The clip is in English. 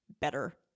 better